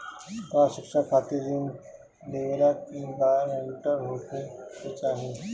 का शिक्षा खातिर ऋण लेवेला भी ग्रानटर होखे के चाही?